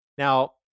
Now